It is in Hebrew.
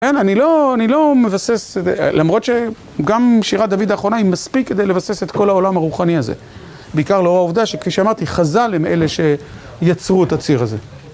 כן, אני לא מבסס, למרות שגם שירת דוד האחרונה היא מספיק כדי לבסס את כל העולם הרוחני הזה. בעיקר לאור העובדה שכפי שאמרתי חז"ל הם אלה שיצרו את הציר הזה.